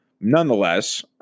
Nonetheless